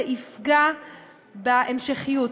זה יפגע בהמשכיות.